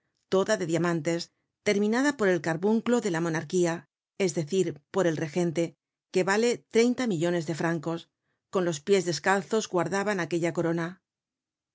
toda de diamantes terminada por el carbunclo de la monarquía es decir por el regente que vale treinta millones de francos con los pies descalzos guardaban aquella corona